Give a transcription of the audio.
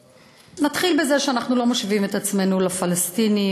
נתחיל בזה שאנחנו לא משווים את עצמנו לפלסטינים,